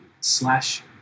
slash